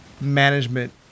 management